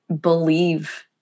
believe